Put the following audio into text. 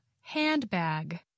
Handbag